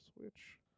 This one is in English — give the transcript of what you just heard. Switch